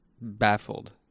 baffled